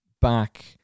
back